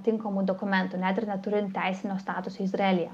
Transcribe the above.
tinkamų dokumentų net ir neturint teisinio statuso izraelyje